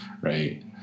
Right